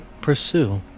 pursue